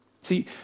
See